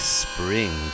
spring